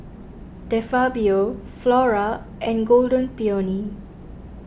De Fabio Flora and Golden Peony